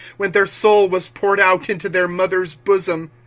when their soul was poured out into their mothers' bosom.